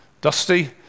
dusty